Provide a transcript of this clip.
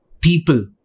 people